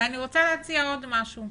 אני רוצה להציע עוד משהו.